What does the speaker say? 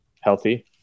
healthy